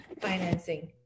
financing